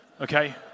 okay